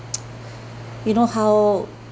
you know how